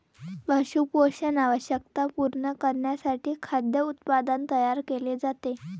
पशु पोषण आवश्यकता पूर्ण करण्यासाठी खाद्य उत्पादन तयार केले जाते